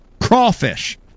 crawfish